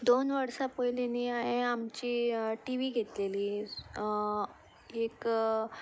दोन वर्सां पयलीं न्ही हांवें आमची टी वी घेतलेली एक